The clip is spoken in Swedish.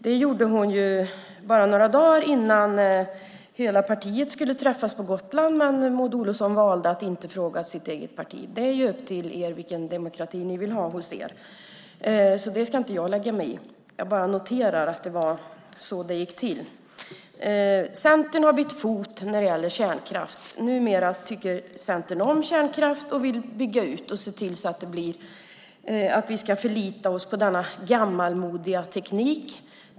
Det gjorde hon bara några dagar innan hela partiet skulle träffas på Gotland, men Maud Olofsson valde att inte fråga sitt eget parti. Det är ju upp till er vilken demokrati ni vill ha inom partiet, så det ska inte jag lägga mig i. Jag bara noterar att det var så det gick till. Centern har bytt fot när det gäller kärnkraft. Numera tycker Centern om kärnkraft och vill bygga ut och se till att vi ska förlita oss på denna gammalmodiga teknik.